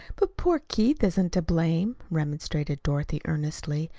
but poor keith isn't to blame, remonstrated dorothy earnestly,